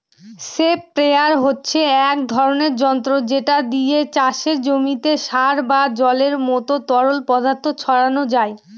sprayer হচ্ছে এক ধরণের যন্ত্র যেটা দিয়ে চাষের জমিতে সার বা জলের মত তরল পদার্থ ছড়ানো যায়